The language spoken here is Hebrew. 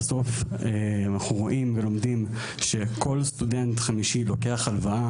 בסוף רואים ולומדים שכל סטודנט חמישי לוקח הלוואה